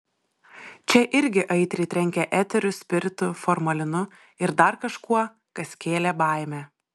čia irgi aitriai trenkė eteriu spiritu formalinu ir dar kažkuo kas kėlė baimę